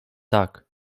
tak